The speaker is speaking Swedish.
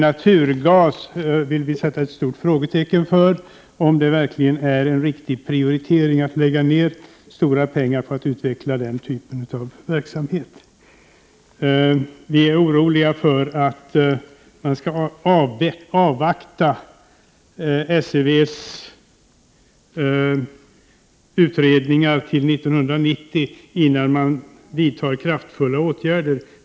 Naturgas — där vill vi sätta ett stort frågetecken för om det verkligen är en riktig prioritering att lägga ner stora pengar på att utveckla den typen av verksamhet. Vi är oroade av att man skall avvakta SEV:s utredningar till 1990 innan man vidtar kraftfulla åtgärder.